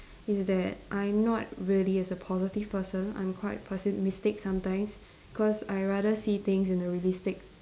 is that I'm not really a positive person I'm quite pessimistic sometimes cause I rather see things in a realistic